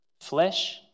Flesh